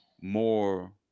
more